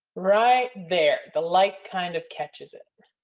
right there, the light kind of catches it.